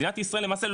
מדינת ישראל למעשה,